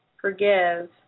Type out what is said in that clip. forgive